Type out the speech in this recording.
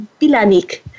Bilanik